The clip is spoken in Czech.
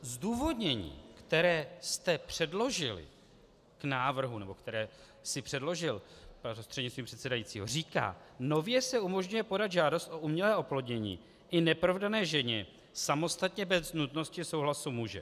Zdůvodnění, které jste předložil k návrhu, nebo které jsi předložil, prostřednictvím předsedajícího, říká: Nově se umožňuje podat žádost o umělé oplodnění i neprovdané ženě samostatně bez nutnosti souhlasu muže.